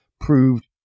proved